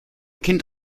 kind